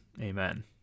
Amen